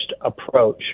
approach